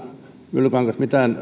mitään